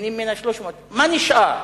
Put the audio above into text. נהנים ממנה 300. מה נשאר?